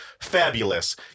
fabulous